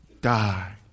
die